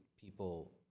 people